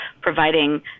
providing